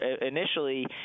initially